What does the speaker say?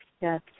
Yes